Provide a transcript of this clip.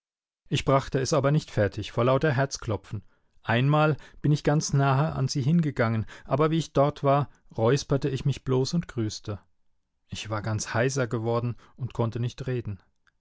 ich brachte es aber nicht fertig vor lauter herzklopfen einmal bin ich ganz nahe an sie hingegangen aber wie ich dort war räusperte ich mich bloß und grüßte ich war ganz heiser geworden und konnte nicht reden